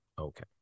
Okay